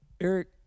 Eric